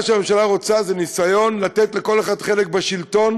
מה שהממשלה רוצה זה ניסיון לתת לכל אחד חלק בשלטון